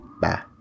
Bye